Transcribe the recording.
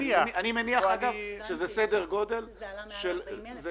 אני מניח שזה סדר גודל של 10%,